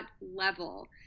level